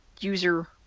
user